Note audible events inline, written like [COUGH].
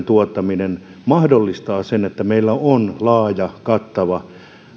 [UNINTELLIGIBLE] tuottaminen mahdollistaa sen että meillä on on laaja kattava